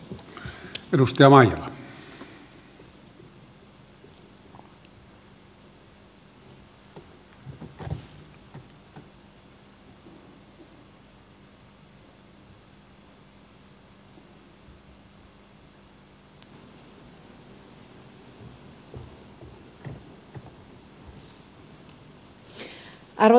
arvoisa puhemies